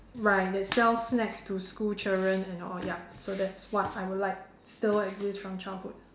right that sell snacks to school children and all yup so that's what I would like still exist from childhood